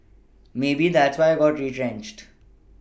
maybe that's why I got retrenched